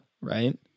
right